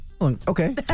Okay